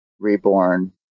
Reborn